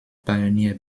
pioneer